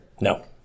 No